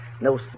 no